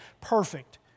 perfect